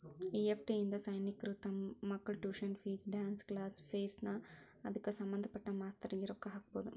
EFT ಇಂದಾ ಸೈನಿಕ್ರು ತಮ್ ಮಕ್ಳ tuition fees, dance class fees ನಾ ಅದ್ಕ ಸಭಂದ್ಪಟ್ಟ ಮಾಸ್ತರ್ರಿಗೆ ರೊಕ್ಕಾ ಹಾಕ್ಬೊದ್